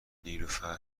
نیلوفرنه